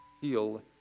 heal